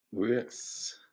yes